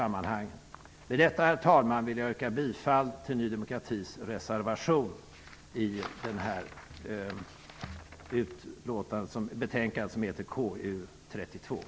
Med detta vill jag yrka bifall till Ny demokratis reservation i konstitutionsutskottets betänkande